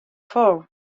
four